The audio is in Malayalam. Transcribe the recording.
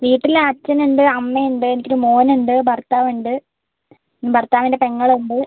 വീട്ടിൽ അച്ഛനുണ്ട് അമ്മയുണ്ട് എനിക്കൊരു മോനുണ്ട് ഭർത്താവുണ്ട് ഭർത്താവിൻ്റെ പെങ്ങളുണ്ട്